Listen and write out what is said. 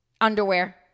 underwear